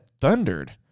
thundered